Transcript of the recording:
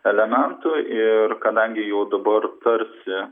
elementų ir kadangi jau dabar tarsi